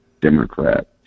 Democrat